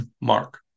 Mark